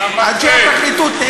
אנשי הפרקליטות,